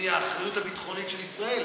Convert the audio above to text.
מהאחריות הביטחונית של ישראל,